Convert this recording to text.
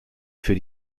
für